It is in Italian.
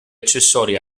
accessori